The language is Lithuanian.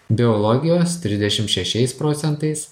biologijos trisdešim šešiais procentais